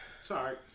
Sorry